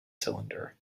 cylinder